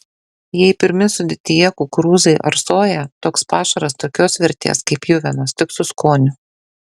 jei pirmi sudėtyje kukurūzai ar soja toks pašaras tokios vertės kaip pjuvenos tik su skoniu